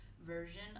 version